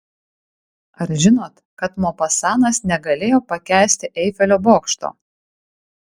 ar žinot kad mopasanas negalėjo pakęsti eifelio bokšto